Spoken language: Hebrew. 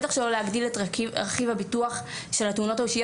בטח לא להגדיל את רכיב הביטוח של התאונות האישיות